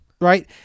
Right